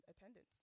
attendance